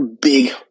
big